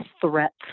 threats